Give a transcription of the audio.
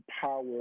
power